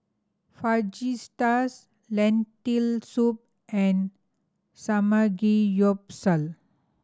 Fajitas Lentil Soup and Samgeyopsal